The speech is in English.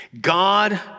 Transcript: God